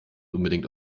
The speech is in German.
unbedingt